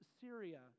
Syria